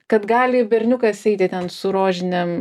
kad gali ir berniukas eiti ten su rožinėm